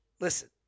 listen